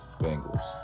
Bengals